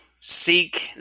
seek